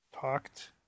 talked